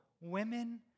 women